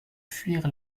fuir